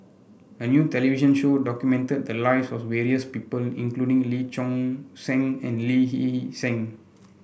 a new television show documented the lives of various people including Lee Choon Seng and Lee Hee Seng